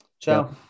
Ciao